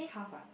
half ah